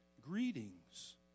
Greetings